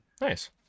nice